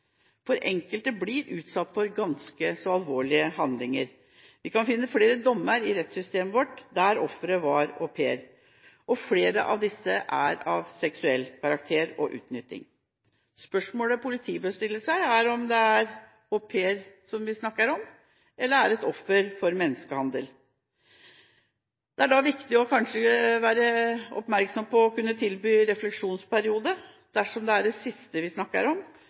Enkelte blir utsatt for ganske alvorlige handlinger. Vi kan finne flere dommer i rettssystemet vårt der offeret var au pair – flere var utnyttet seksuelt. Spørsmålet politiet bør stille seg, er om det er en au pair vi snakker om, eller om det er et offer for menneskehandel. Det er da viktig kanskje å være oppmerksom på det å kunne tilby en refleksjonsperiode dersom det er det siste vi snakker om,